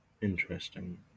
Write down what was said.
Interesting